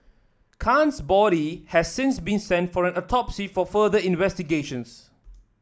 Khan's body has since been sent for an autopsy for further investigations